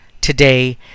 today